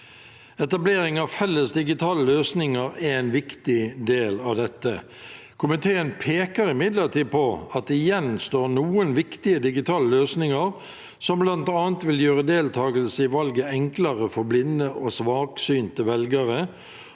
Etablering av felles digitale løsninger er en viktig del av dette. Komiteen peker imidlertid på at det gjenstår noen viktige digitale løsninger som bl.a. vil gjøre deltagelse i valget enklere for blinde og svaksynte velgere,